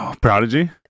Prodigy